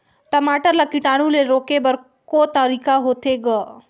टमाटर ला कीटाणु ले रोके बर को तरीका होथे ग?